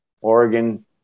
Oregon